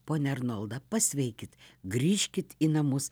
ponia arnolda pasveikit grįžkit į namus